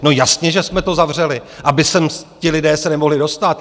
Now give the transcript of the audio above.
No jasně, že jsme to zavřeli, aby sem ti lidé se nemohli dostat.